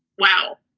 wow.